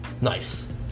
Nice